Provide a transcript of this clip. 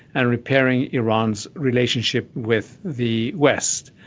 and repairing iran's relationship with the west.